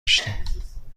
داشتیم